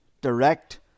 direct